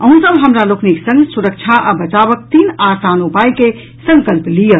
अहूँ सब हमरा लोकनिक संग सुरक्षा आ बचावक तीन आसान उपायके संकल्प लियऽ